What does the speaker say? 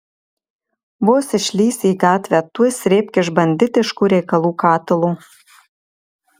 vos išlįsi į gatvę tuoj srėbk iš banditiškų reikalų katilo